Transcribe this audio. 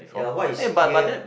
ya what is play